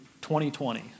2020